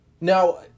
now